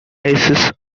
aces